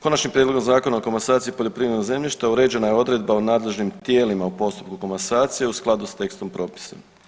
Konačnim prijedlogom Zakona o komasaciji poljoprivrednog zemljišta uređena je odredba o nadležnim tijelima u postupku komasacije u skladu s tekstom propisa.